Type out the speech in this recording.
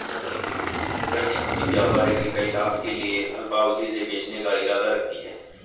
प्रतिभूति व्यापार एक इकाई लाभ के लिए अल्पावधि में बेचने का इरादा रखती है